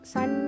Sun